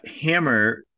Hammer